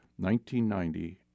1990